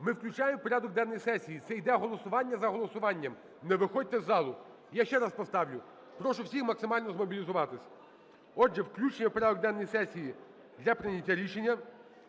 Ми включаємо в порядок денний сесії, це йде голосування за голосуванням, не виходьте з залу. Я ще раз поставлю. Прошу всіх максимально змобілізуватись. Отже, включення у порядок денний сесії для прийняття рішення